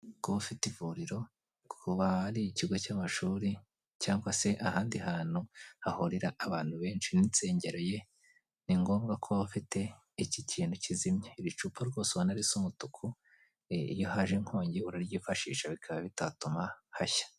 Kuba ufite ivuriro, kuba ari ikigo cy'amashuri, cyangwa se ahandi hantu hahurira abantu benshi n'insengero ye. Ni ngombwa ko waba ufite iki kintu kizimya. Iri cupa rwosse ubona risa umutuku, iyo haje inkongi, uraryifashisha bikaba bitatuma hashya.